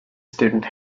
student